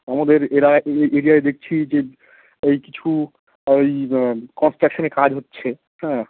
আমাদের এরা এই এরিয়ায় দেখছি যে এই কিছু ওই কনস্ট্রাকশনের কাজ হচ্ছে হ্যাঁ